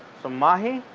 some mahi,